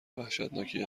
وحشتناکی